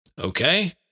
Okay